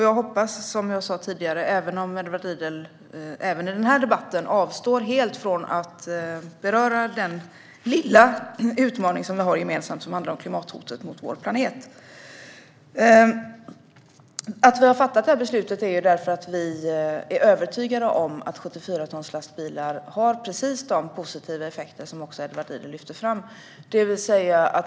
Jag hoppas att Edward Riedl håller med om det även om, som jag sa tidigare, Edward Riedel även i den här debatten avstår helt från att beröra den lilla utmaning som vi har gemensamt som handlar om klimathotet mot vår planet. Vi har fattat det här beslutet därför att vi är övertygade om att 74-tonslastbilar har precis de positiva effekter som också Edward Riedl lyfter fram.